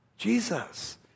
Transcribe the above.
Jesus